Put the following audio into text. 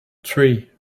three